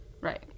right